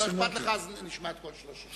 לא אכפת לך, אז נשמע את כל שלוש השאלות.